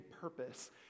purpose